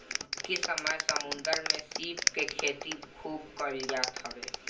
अबकी समय में समुंदर में श्रिम्प के खेती खूब कईल जात हवे